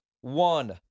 one